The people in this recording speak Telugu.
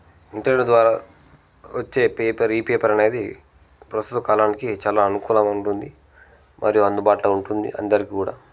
ఇంటర్వ్యూ ద్వారా వచ్చే పేపర్ ఈ పేపర్ అనేది ప్రస్తుత కాలానికి చాలా అనుకూలంగా ఉంటుంది మరియు అందుబాటులో ఉంటుంది అందరికి కూడా